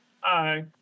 hi